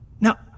Now